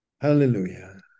Hallelujah